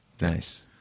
Nice